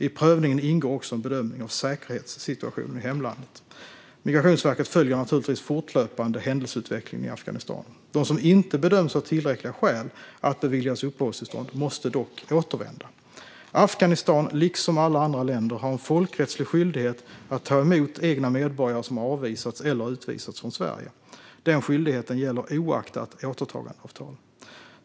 I prövningen ingår också en bedömning av säkerhetssituationen i hemlandet. Migrationsverket följer naturligtvis fortlöpande händelseutvecklingen i Afghanistan. De som inte bedöms ha tillräckliga skäl att beviljas uppehållstillstånd måste dock återvända. Afghanistan, liksom alla andra länder, har en folkrättslig skyldighet att ta emot egna medborgare som har avvisats eller utvisats från Sverige. Den skyldigheten gäller oaktat återtagandeavtal.